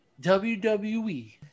WWE